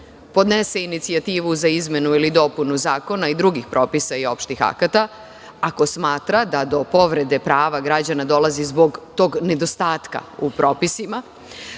podnese inicijativu za izmenu ili dopunu zakona i drugih propisa i opštih akata, ako smatra da do povrede prava građana dolazi zbog tog nedostatka u propisima,